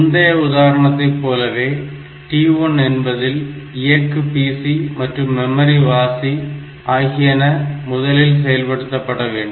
முந்தைய உதாரணத்தை போலவே t1 என்பதில் இயக்கு PC மற்றும் மெமரியை வாசி ஆகியன முதலில் செயல்படுத்தப்பட வேண்டும்